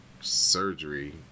surgery